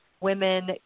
women